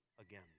again